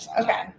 Okay